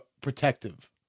protective